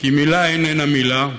כי מילה איננה מילה,